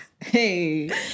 Hey